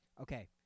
okay